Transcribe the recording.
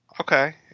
Okay